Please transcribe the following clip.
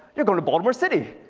you're going to baltimore city.